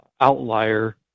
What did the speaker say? outlier